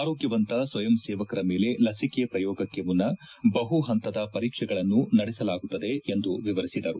ಆರೋಗ್ಭವಂತ ಸ್ವಯಂ ಸೇವಕರ ಮೇಲೆ ಲಸಿಕೆ ಪ್ರಯೋಗಕ್ಕೆ ಮುನ್ನ ಬಹು ಹಂತದ ಪರೀಕ್ಷೆಗಳನ್ನು ನಡೆಸಲಾಗುತ್ತದೆ ಎಂದು ವಿವರಿಸಿದರು